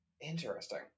Interesting